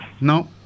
No